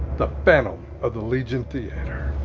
the phantom of the legion theatre.